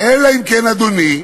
אלא אם כן, אדוני,